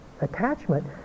attachment